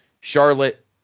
Charlotte